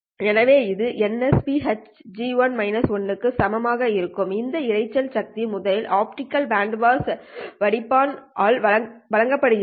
எனவே இது nsphν க்கு சமமாக இருக்கும் இந்த இரைச்சல் சக்தி முதலில் ஆப்டிகல் பேண்ட் பாஸ் வடிப்பான் ஆல் பெருக்கப்பட்டு வருகிறது